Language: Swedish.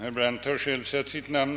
hemställan.